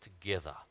together